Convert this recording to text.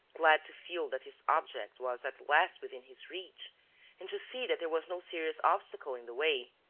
glad to feel that his object was at last within his reach and to see that there was no serious obstacle in the way.